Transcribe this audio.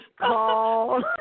call